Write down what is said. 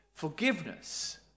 Forgiveness